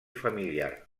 familiar